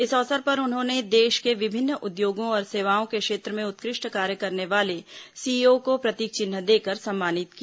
इस अवसर पर उन्होंने देश के विभिन्न उद्योगों और सेवाओं के क्षेत्र में उत्कृष्ट कार्य करने वाले सीईओ को प्रतीक चिन्ह देकर सम्मानित किया